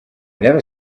never